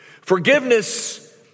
forgiveness